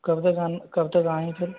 कब तक आना कब तक आयेंगे फिर